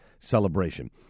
celebration